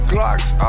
Glocks